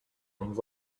things